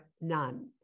none